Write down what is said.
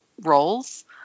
roles